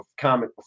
comic